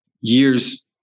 years